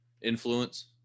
influence